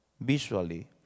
visually